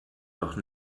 doch